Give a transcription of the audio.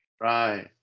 Right